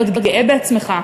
להיות גאה בעצמך.